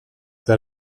that